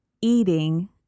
eating